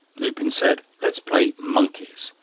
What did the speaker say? lupin said let's play monkeys.